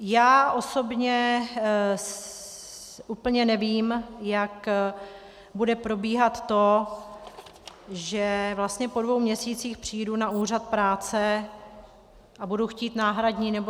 Já osobně úplně nevím, jak bude probíhat to, že vlastně po dvou měsících přijdu na úřad práce a budu chtít náhradní, nebo...